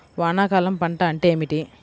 వానాకాలం పంట అంటే ఏమిటి?